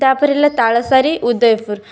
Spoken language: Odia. ତା'ପରେ ହେଲା ତାଳସାରି ଉଦୟପୁର